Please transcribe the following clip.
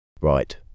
Right